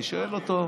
אני שואל אותו: